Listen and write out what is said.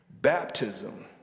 Baptism